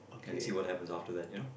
and see what happens after that you know